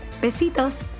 Besitos